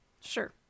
Sure